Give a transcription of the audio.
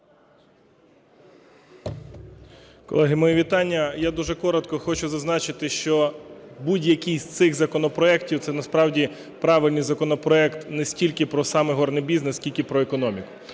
Колеги, мої вітання! Я дуже коротко хочу зазначити, що будь-який з цих законопроектів – це насправді правильний законопроект не стільки про сам ігорний бізнес, скільки про економіку.